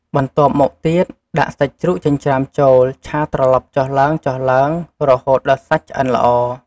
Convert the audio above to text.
បន្ទាប់មកទៀត ដាក់សាច់ជ្រូកចិញ្ច្រាំចូល ឆាត្រឡប់ចុះឡើងៗ រហូតដល់សាច់ឆ្អិនល្អ ។